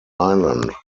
island